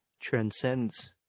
transcends